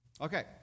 okay